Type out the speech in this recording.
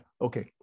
Okay